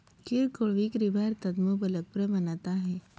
किरकोळ विक्री भारतात मुबलक प्रमाणात आहे